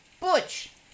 Butch